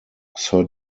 sir